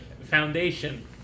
Foundation